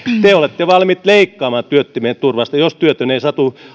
te te olette valmiit leikkaamaan työttömien turvasta jos työtön ei satu